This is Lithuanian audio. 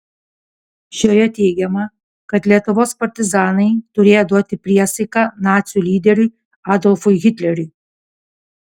šioje teigiama kad lietuvos partizanai turėję duoti priesaiką nacių lyderiui adolfui hitleriui